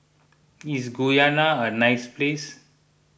is Guyana a nice place